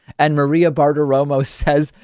and maria bartiromo says,